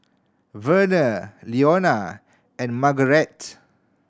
Verner Leonia and Marguerite